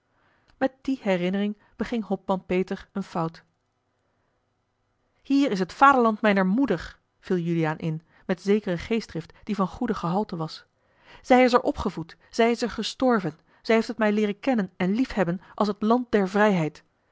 met die herinnering beging hopman peter eene fout hier is het vaderland mijner moeder viel juliaan in met zekere geestdrift die van goede gehalte was zij is er opgevoed zij is er gestorven zij heeft het mij leeren kennen en liefhebben als het land der vrijheid